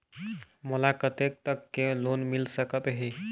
मोला कतेक तक के लोन मिल सकत हे?